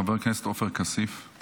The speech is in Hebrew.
חבר הכנסת עופר כסיף.